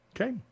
Okay